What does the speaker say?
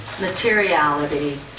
materiality